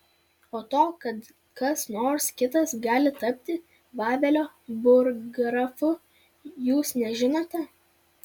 o to kad kas nors kitas gali tapti vavelio burggrafu jūs nežinote